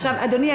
אדוני,